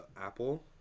Apple